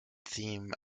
theme